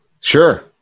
Sure